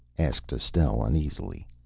asked estelle uneasily.